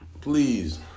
please